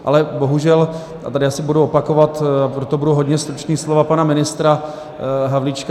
Ale bohužel, tady asi budu opakovat, proto budu hodně stručný, slova pana ministra Havlíčka.